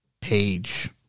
page